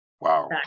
Wow